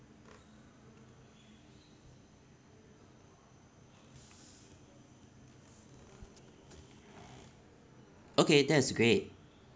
okay that's great